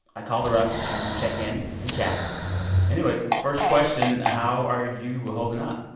i called her up to check in and chat anyways, first question. how are you holding up?